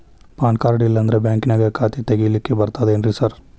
PAN card ಇಲ್ಲಂದ್ರ ಬ್ಯಾಂಕಿನ್ಯಾಗ ಖಾತೆ ತೆಗೆಲಿಕ್ಕಿ ಬರ್ತಾದೇನ್ರಿ ಸಾರ್?